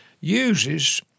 uses